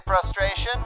frustration